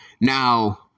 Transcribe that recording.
Now